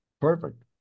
Perfect